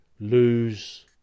lose